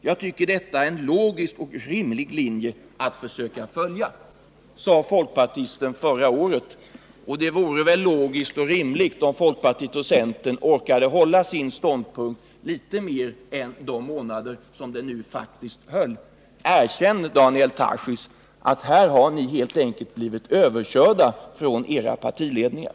Jag tycker detta är en logisk och rimlig linje att försöka följa.” Det sade folkpartisten i debatten förra året. Det vore logiskt och rimligt om folkpartiet och centern hade orkat hålla sin ståndpunkt litet längre än de månader den faktiskt höll. Erkänn, Daniel Tarschys, att ni här helt enkelt har blivit överkörda av era partiledningar!